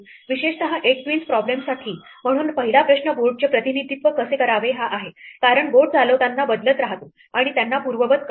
विशेषतः 8 क्वींस प्रॉब्लेमसाठी म्हणून पहिला प्रश्न बोर्डचे प्रतिनिधित्व कसे करावे हा आहे कारण बोर्ड चालवताना बदलत राहतो आणि त्यांना पूर्ववत करतो